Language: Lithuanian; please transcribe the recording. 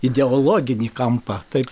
ideologinį kampą taip